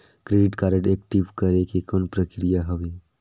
Credit card active करे के कौन प्रक्रिया हवे?